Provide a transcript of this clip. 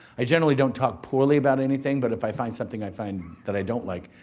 i generally don't talk poorly about anything, but if i find something i find that i don't like,